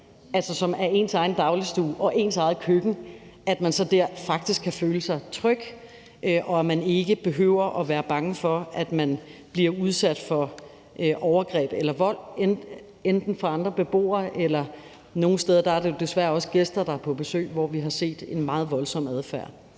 altså er ens egen dagligstue og ens eget køkken, så faktisk kan føle sig tryg der, og at man ikke behøver at være bange for, at man bliver udsat for overgreb eller vold fra andre beboere. Nogle steder er det jo desværre også gæster, der er på besøg, hvor vi har set en meget voldsom adfærd.